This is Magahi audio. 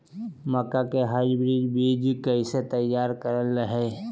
मक्का के हाइब्रिड बीज कैसे तैयार करय हैय?